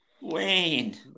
Wayne